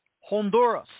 Honduras